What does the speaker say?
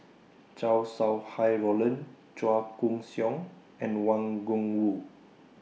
Chow Sau Hai Roland Chua Koon Siong and Wang Gungwu